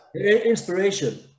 Inspiration